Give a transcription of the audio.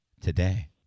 today